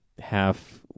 half